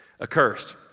accursed